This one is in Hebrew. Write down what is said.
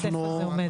איזה זה עומד?